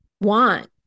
want